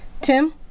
Tim